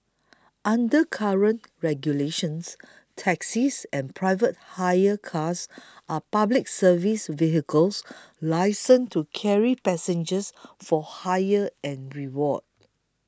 under current regulations taxis and private hire cars are Public Service vehicles licensed to carry passengers for hire and reward